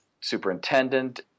superintendent